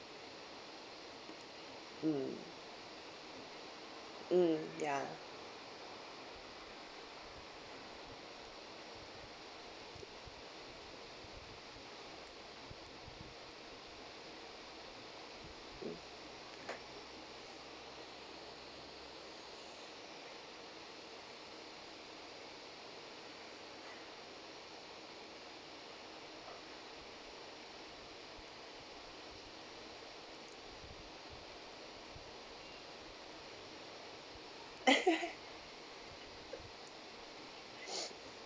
mm mm ya